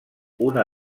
una